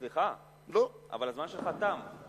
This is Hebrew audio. סליחה, אבל הזמן שלך תם.